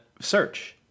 search